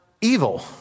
evil